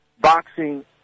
boxing